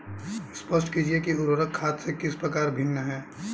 स्पष्ट कीजिए कि उर्वरक खाद से किस प्रकार भिन्न है?